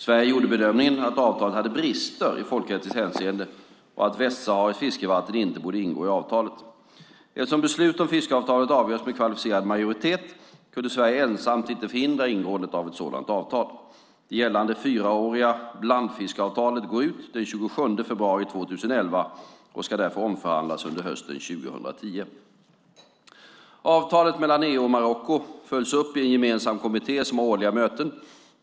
Sverige gjorde bedömningen att avtalet hade brister i folkrättsligt hänseende och att västsahariskt fiskevatten inte borde ingå i avtalet. Eftersom beslut om fiskeavtal avgörs med kvalificerad majoritet kunde Sverige ensamt inte förhindra ingående av ett sådant avtal. Det gällande fyraåriga blandfiskeavtalet går ut den 27 februari 2011 och ska därför omförhandlas under hösten 2010. Avtalet mellan EU och Marocko följs upp i en gemensam kommitté som har årliga möten.